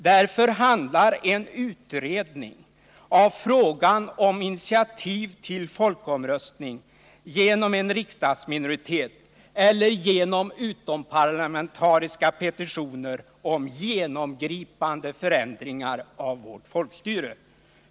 Därför handlar en utredning om frågan om initiativ till folkomröstning genom en riksdagsminoritet eller genom utomparlamentariska petitioner om genomgripande förändringar av vårt folkstyre.